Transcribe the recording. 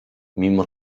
mimo